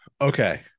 Okay